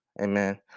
amen